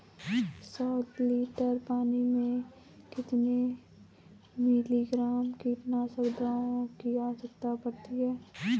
सौ लीटर पानी में कितने मिलीग्राम कीटनाशक दवाओं की आवश्यकता पड़ती है?